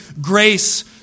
grace